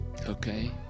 Okay